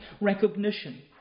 recognition